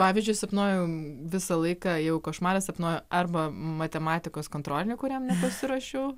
pavyzdžiui sapnuoju visą laiką jeigu košmaras sapnuoju arba matematikos kontrolinį kuriam nepasiruošiau